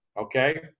Okay